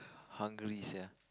hungry sia